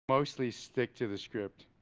mostly stick to the script.